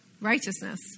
righteousness